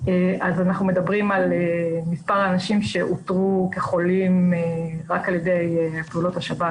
אז אנחנו מדברים על מספר האנשים שאותרו כחולים רק על ידי פעולות השב"כ,